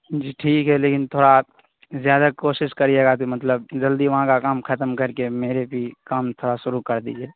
جی ٹھیک ہے لیکن تھوڑا زیادہ کوشش کریے گا کہ مطلب جلدی وہاں کا کام ختم کر کے میرے بھی کام تھوڑا شروع کر دیجیے